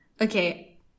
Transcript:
okay